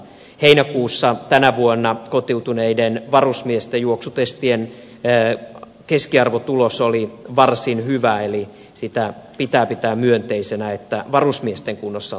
heinäkuussa tänä vuonna kotiutuneiden varusmiesten juoksutestien keskiarvotulos oli varsin hyvä eli sitä pitää pitää myönteisenä että varusmiesten kunnossa on tapahtunut kehitystä